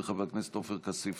וחבר הכנסת עופר כסיף,